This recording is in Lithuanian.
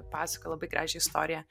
pasakoja labai gražią istoriją